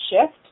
shift